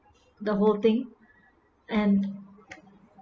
the whole thing and